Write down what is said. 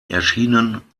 erschienen